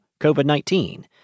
COVID-19